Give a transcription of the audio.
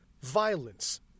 violence